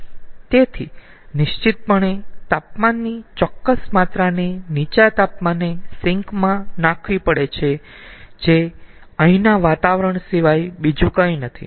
તેથી નિશ્ચિતપણે તાપમાનની ચોક્કસ માત્રાને નીચા તાપમાને સિંક માં નાખવી પડે છે જે અહીંના વાતાવરણ સિવાય બીજું કંઈ નથી